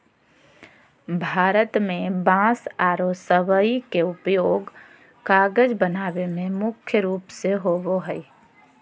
भारत में बांस आरो सबई के उपयोग कागज बनावे में मुख्य रूप से होबो हई